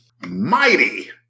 mighty